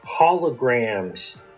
holograms